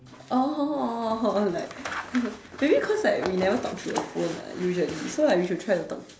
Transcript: oh like maybe cause like we never talk through the phone ah usually so like we should try to talk